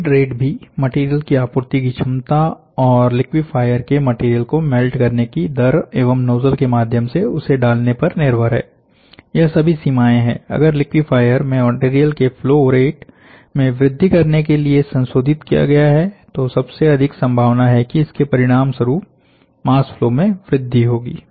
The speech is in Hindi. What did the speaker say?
फीड रेट भी मटेरियल की आपूर्ति की क्षमता और लिक्विफायर के मटेरियल को मेल्ट करने की दर एवं नोजल के माध्यम से उसे डालने पर निर्भर है यह सभी सीमाएं हैं अगर लिक्विफायर मटेरियल के फ्लो रेट में वृद्धि करने के लिए संशोधित किया गया है तो सबसे अधिक संभावना है कि इसके परिणाम स्वरूप मास फ्लो में वृद्धि होगी